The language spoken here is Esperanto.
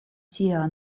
tia